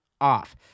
off